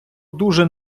дуже